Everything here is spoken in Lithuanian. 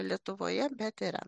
lietuvoje bet yra